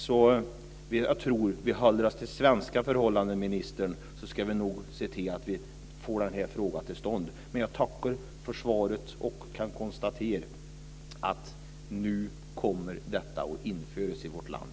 Jag tror att om vi ska hålla oss till svenska förhållanden, ministern, ska vi nog se till att få det till stånd. Jag tackar för svaret och kan konstatera att detta nu kommer att införas i vårt land.